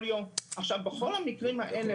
בכל המקרים הללו